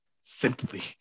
simply